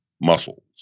muscles